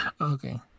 Okay